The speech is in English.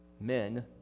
Men